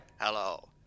hello